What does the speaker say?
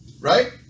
Right